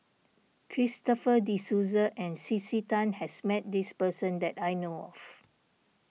Christopher De Souza and C C Tan has met this person that I know of